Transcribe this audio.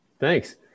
Thanks